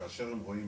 שכאשר הם רואים,